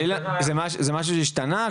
--- זה משהו שהשתנה?